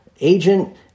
agent